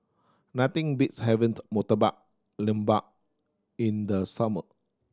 nothing beats having the Murtabak Lembu in the summer